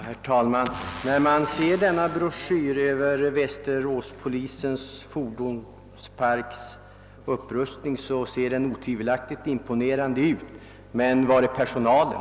Herr talman! Bilden över upprustningen av västeråspolisens fordonspark ser otvivelaktigt imponerande ut, men var är personalen?